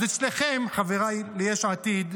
אז אצלכם, חבריי מיש עתיד,